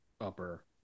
upper